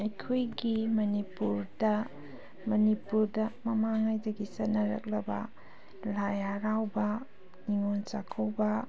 ꯑꯩꯈꯣꯏꯒꯤ ꯃꯅꯤꯄꯨꯔꯗ ꯃꯅꯤꯄꯨꯔꯗ ꯃꯃꯥꯡꯉꯩꯗꯒꯤ ꯆꯠꯅꯔꯛꯂꯕ ꯂꯥꯏ ꯍꯔꯥꯎꯕ ꯅꯤꯡꯉꯣꯜ ꯆꯥꯛꯀꯧꯕ